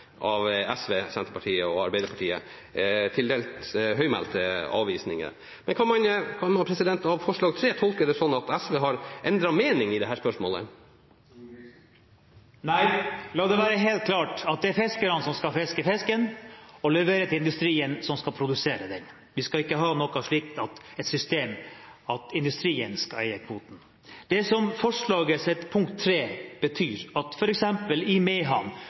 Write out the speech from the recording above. av SV, Senterpartiet og Arbeiderpartiet – til dels høymælte avvisninger. Kan man i forslagets punkt 3 tolke det sånn at SV har endret mening i dette spørsmålet? Nei, la det være helt klart: Det er fiskerne som skal fiske fisken og levere til industrien, som skal produsere den. Vi skal ikke ha et slikt system at industrien skal gi kvotene. Det som forslagets punkt 3 betyr, er f.eks. at hvis de trålerne som har leveringsplikt i